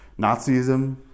Nazism